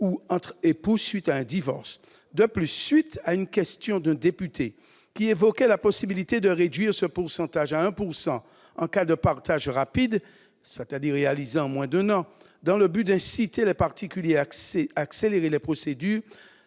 ou entre époux après un divorce. De plus, à la suite d'une question d'un député qui évoquait la possibilité de réduire ce pourcentage à 1 % en cas de partage rapide- réalisé en moins d'un an -, dans le but d'inciter les particuliers à accélérer les procédures,